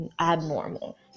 abnormal